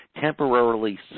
temporarily